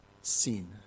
sin